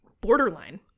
borderline